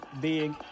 big